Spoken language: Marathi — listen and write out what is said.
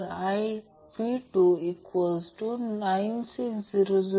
आता I2 R मध्ये वापरली गेलेली पॉवर म्हणून 402 58000 वॅट्स 8 किलो वॅट